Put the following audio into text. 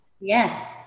Yes